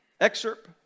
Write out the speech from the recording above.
Excerpt